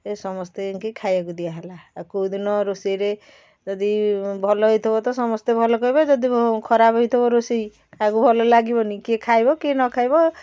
ସେ ସମସ୍ତଙ୍କୁ ଖାଇବାକୁ ଦିଆହେଲା ଆଉ କେଉଁ ଦିନ ରୋଷେଇରେ ଯଦି ଭଲ ହେଇଥିବ ତ ସମସ୍ତେ ଭଲ କହିବେ ଆଉ ଯଦି ଖରାପ ହେଇଥିବ ରୋଷେଇ କାହାକୁ ଭଲ ଲାଗିବନି କିଏ ଖାଇବ କିଏ ନ ଖାଇବ